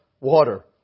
water